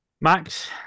Max